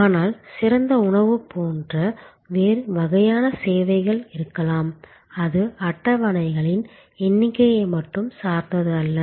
ஆனால் சிறந்த உணவு போன்ற வேறு வகையான சேவைகள் இருக்கலாம் இது அட்டவணைகளின் எண்ணிக்கையை மட்டும் சார்ந்தது அல்ல